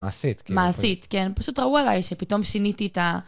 מעשית כאילו, מעשית, כן. פשוט ראו עלי שפתאום שיניתי את ה...